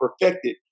perfected